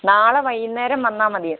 നാളെ വൈകുന്നേരം വന്നാൽ മതി